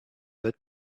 that